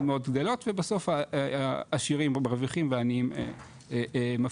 מאוד גדלות ובסוף העשירים מרוויחים והעניים מפסידים,